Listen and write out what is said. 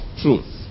truth